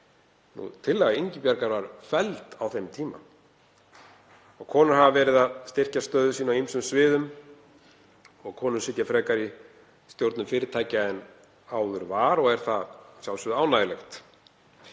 Tillaga Ingibjargar var felld á þeim tíma. Konur hafa verið að styrkja stöðu sína á ýmsum sviðum og konur sitja frekar í stjórnum fyrirtækja en áður var og er það að sjálfsögðu ánægjulegt.